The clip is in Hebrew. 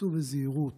סעו בזהירות,